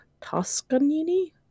Toscanini